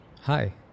Hi